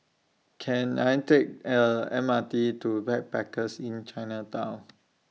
Can I Take The M R T to Backpackers Inn Chinatown